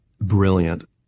brilliant